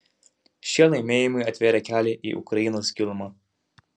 šie laimėjimai atvėrė kelią į ukrainos gilumą